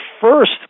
first